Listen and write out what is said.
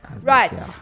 Right